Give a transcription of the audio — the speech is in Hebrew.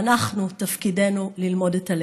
ואנחנו, תפקידנו ללמוד את הלקח,